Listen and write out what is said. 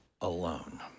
alone